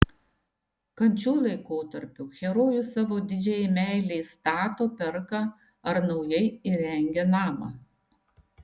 kančių laikotarpiu herojus savo didžiajai meilei stato perka ar naujai įrengia namą